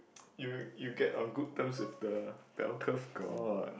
you you get on good terms with the bell curve god